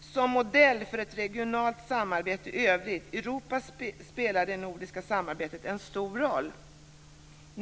Som modell för ett regionalt samarbete i övriga Europa spelar det nordiska samarbetet en stor roll.